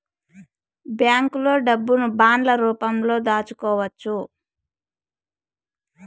బ్యాంకులో డబ్బును బాండ్ల రూపంలో దాచుకోవచ్చు